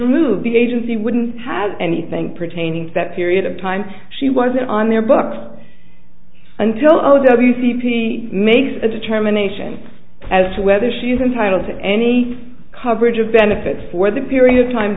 removed the agency wouldn't have anything pertaining to that period of time she wasn't on their books until a w c p makes a determination as to whether she's entitled to any coverage of benefits for the period of time